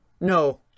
No